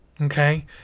Okay